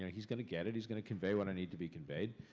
he's gonna get it. he's gonna convey what i need to be conveyed.